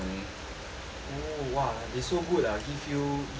oh !wah! they so good ah give you give you skins